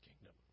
kingdom